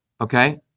Okay